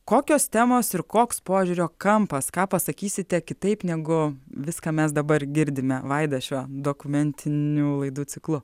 kokios temos ir koks požiūrio kampas ką pasakysite kitaip negu viską mes dabar girdime vaida šiuo dokumentinių laidų ciklu